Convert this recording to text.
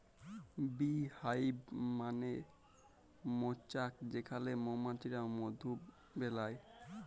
bee hive মালে মচাক যেখালে মমাছিরা মধু বেলায়